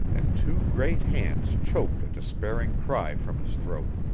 and two great hands choked a despairing cry from his throat.